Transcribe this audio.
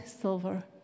silver